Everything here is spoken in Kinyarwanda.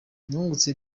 nungutse